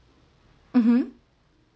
mmhmm